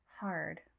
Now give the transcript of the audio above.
hard